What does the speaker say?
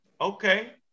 Okay